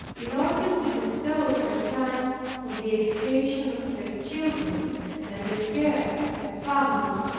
in order to bestow her time on the education of her children and the care of her family,